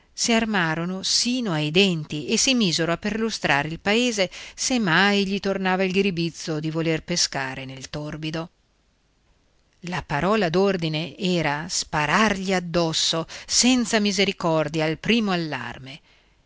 si armarono sino ai denti e si misero a perlustrare il paese se mai gli tornava il ghiribizzo di voler pescare nel torbido la parola d'ordine era sparargli addosso senza misericordia al primo allarme